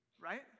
Right